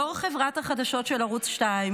יו"ר חברת החדשות של ערוץ 2,